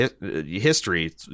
history